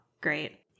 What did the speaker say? great